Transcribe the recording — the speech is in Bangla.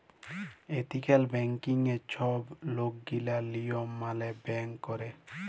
এথিক্যাল ব্যাংকিংয়ে ছব লকগিলা লিয়ম মালে ব্যাংক ক্যরে